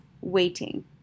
waiting